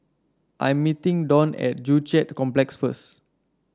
I'm meeting Don at Joo Chiat Complex first